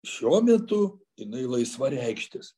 šiuo metu jinai laisva reikštis